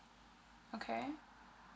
okay